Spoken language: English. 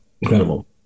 Incredible